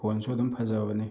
ꯐꯣꯟꯁꯨ ꯑꯗꯨꯝ ꯐꯖꯕꯅꯤ